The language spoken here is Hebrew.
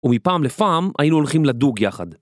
ומפעם לפעם היינו הולכים לדוג יחד.